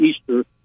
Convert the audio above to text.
Easter